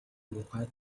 муухай